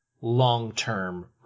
long-term